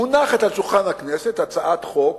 מונחת על שולחן הכנסת הצעת חוק